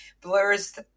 blurs